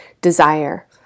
desire